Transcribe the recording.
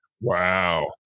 wow